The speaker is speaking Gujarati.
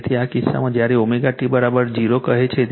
તેથી આ કિસ્સામાં જ્યારે ωt 0 કહે છે તેથી I 0 છે